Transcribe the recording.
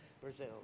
Brazil